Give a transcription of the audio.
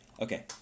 Okay